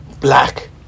black